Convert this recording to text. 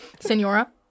Senora